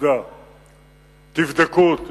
תבדקו אותי.